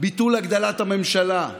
ביטול הגדלת הממשלה,